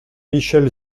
michel